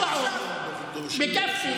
(אומר בערבית: תצאו.